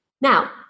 Now